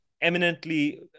eminently